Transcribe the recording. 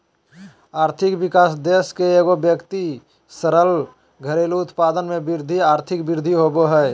आर्थिक विकास देश के एगो व्यक्ति सकल घरेलू उत्पाद में वृद्धि आर्थिक वृद्धि होबो हइ